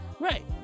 Right